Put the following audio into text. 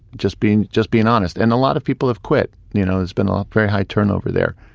just being just being honest. and a lot of people have quit, you know, it's been ah a very high turnover there.